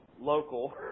local